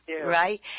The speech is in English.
Right